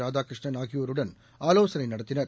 ராதாகிருஷ்ணன் ஆகியோருடன் ஆலோசனைநடத்தினர்